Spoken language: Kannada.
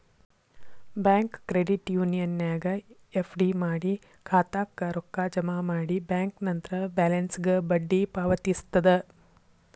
ಬ್ಯಾಂಕ್ ಕ್ರೆಡಿಟ್ ಯೂನಿಯನ್ನ್ಯಾಗ್ ಎಫ್.ಡಿ ಮಾಡಿ ಖಾತಾಕ್ಕ ರೊಕ್ಕ ಜಮಾ ಮಾಡಿ ಬ್ಯಾಂಕ್ ನಂತ್ರ ಬ್ಯಾಲೆನ್ಸ್ಗ ಬಡ್ಡಿ ಪಾವತಿಸ್ತದ